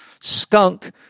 skunk